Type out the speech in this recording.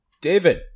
David